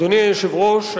אדוני היושב-ראש,